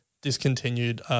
Discontinued